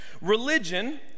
Religion